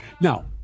Now